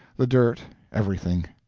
the dirt everything.